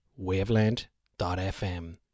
Waveland.fm